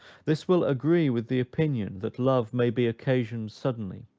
this will agree with the opinion that love may be occasioned suddenly,